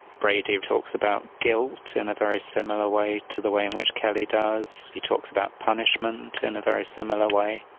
brady talks about guilt in a very similar way to the way in which kelly does, he talks about punishment in a very similar way.